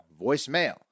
Voicemail